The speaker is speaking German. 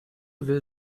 will